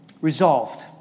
resolved